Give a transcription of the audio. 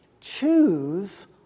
Choose